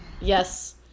Yes